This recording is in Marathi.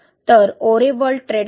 तर ओरेवर्ल्ड ट्रेड कं